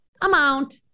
amount